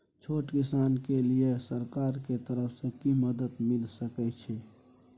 छोट किसान के लिए सरकार के तरफ कि मदद मिल सके छै?